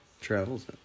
Travels